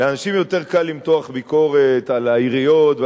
לאנשים יותר קל למתוח ביקורת על העיריות,